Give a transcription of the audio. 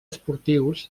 esportius